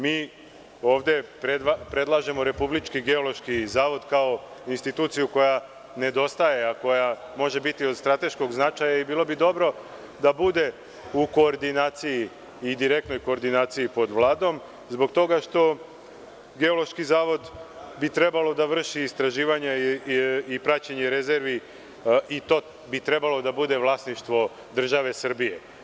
Mi ovde predlažemo Republički geološki zavod kao instituciju koja nedostaje, a koja može biti od strateškog značaja i bilo bi dobro da bude u koordinaciji i direktnoj koordinaciji pod Vladom, zbog toga što bi Geološki zavod trebalo da vrši istraživanja i praćenja rezervi, i to bi trebalo da bude vlasništvo države Srbije.